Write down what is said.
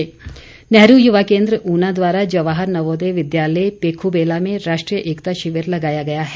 एकता शिविर नेहरू युवा केन्द्र ऊना द्वारा जवाहर नवोदय विद्यालय पेखूबेला में राष्ट्रीय एकता शिविर लगाया गया है